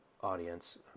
audience